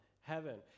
heaven